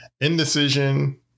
Indecision